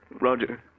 Roger